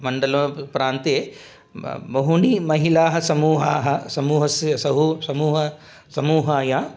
मण्डलं प्रान्ते ब बहूणि महिलाः समूहाः समूहस्य समूह समूह समूहाय